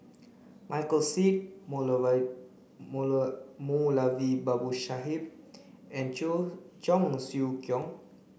Michael Seet Moulavi Babu Sahib and Cheong Siew Keong